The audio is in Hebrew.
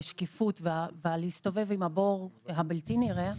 שקיפות ולהסתובב עם הבור הבלתי נראה,